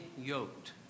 yoked